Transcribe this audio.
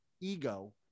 ego